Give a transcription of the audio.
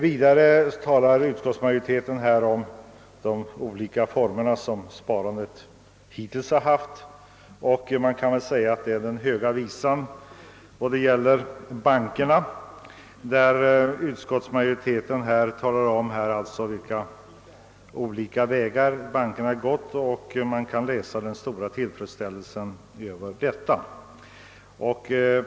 Vidare talar utskottsmajoriteten om de olika former för sparande som hittills funnits. Man kan säga att det är den höga visan till bankerna när utskottsmajoriteten anför vilka olika vägar bankerna gått. Utskottsmajoritetens stora tillfredsställelse över. detta kan utläsas ur betänkandet.